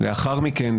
לאחר מכן,